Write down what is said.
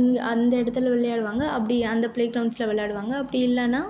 இங்கே அந்த இடத்துல விளையாடுவாங்க அப்படி அந்த ப்ளே க்ரவுண்ட்ஸில் விளையாடுவாங்க அப்படி இல்லைன்னா